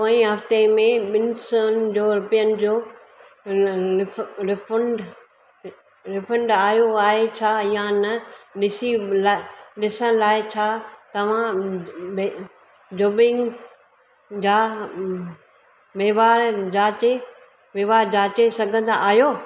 पोएं हफ़्तें में ॿिन सुन जो रुपियनि जो री री रीफंड रीफंड आयो आहे छा या न ॾिसी लाइ ॾिसण लाइ छा तव्हां जोबिंग ज जा वहिंवार जांचे वहिंवार जांचे सघंदा आहियो